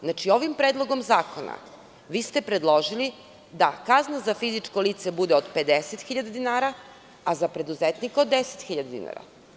Znači, ovim predlogom zakona vi ste predložili da kazna za fizičko lice bude od 50.000 dinara, a za preduzetnika od 10.000 dinara.